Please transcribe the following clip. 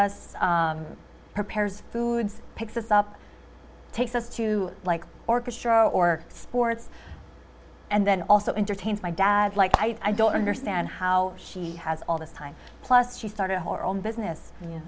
us prepares foods picks up takes us to like orchestra or sports and then also entertains my dad like i don't understand how she has all this time plus she started her own business y